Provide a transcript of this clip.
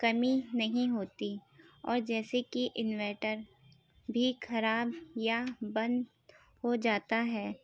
کمی نہیں ہوتی اور جیسے کہ انورٹر بھی خراب یا بند ہو جاتا ہے